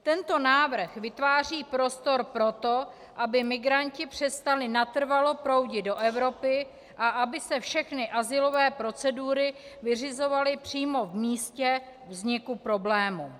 Tento návrh vytváří prostor pro to, aby migranti přestali natrvalo proudit do Evropy a aby se všechny azylové procedury vyřizovaly přímo v místě vzniku problému.